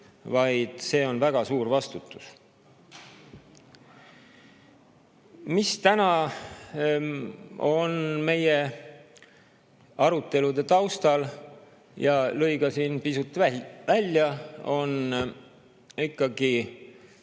vaid see on väga suur vastutus. Mis täna on meie arutelude taustal ja lõi ka siin pisut välja, on ikkagi